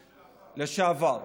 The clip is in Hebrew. לשעבר.